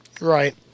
Right